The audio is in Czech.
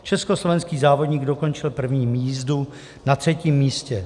Československý závodník dokončil první jízdu na třetím místě.